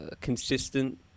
consistent